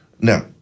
Now